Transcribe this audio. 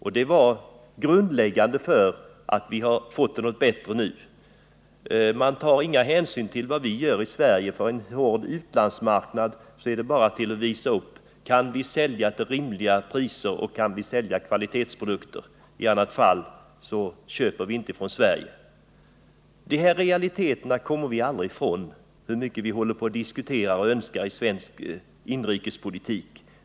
Det var grundläggande för att vi har fått det bättre nu. Det tas ingen särskild hänsyn till Sverige. På en hård utlandsmarknad gäller det bara att visa upp att man kan sälja till rimliga priser och att sälja kvalitetsprodukter, i annat fall finner vi inga köpare för våra varor. De här realiteterna kommer vi aldrig ifrån, hur mycket vi än håller på och diskuterar och önskar i svensk inrikespolitik.